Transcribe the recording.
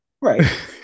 right